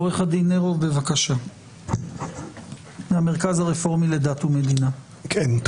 עורך הדין נרוב, המרכז הרפורמי לדת ומדינה, בבקשה.